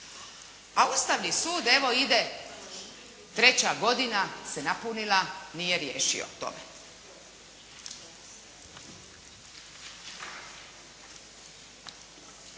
A Ustavni sud evo ide treća godina se napunila, nije riješio o tome.